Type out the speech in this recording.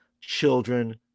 children